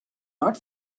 not